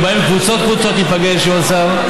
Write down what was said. ובאים קבוצות-קבוצות להיפגש עם השר,